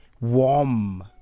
warm